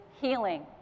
healing